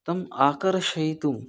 तम् आकर्षयितुं